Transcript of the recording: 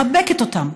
מחבקת אותם.